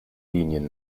linien